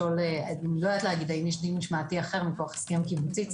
אני לא יודעת להגיד האם יש דין משמעתי אחר מכוח הסכם קיבוצי,